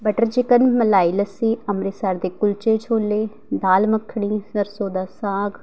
butter chicken malai lassi Amritsar ਦੇ ਕੁਲਚੇ ਛੋਲੇ ਦਾਲ ਮੱਖਣੀ ਸਰੋਂ ਦਾ ਸਾਗ